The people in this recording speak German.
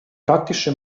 praktische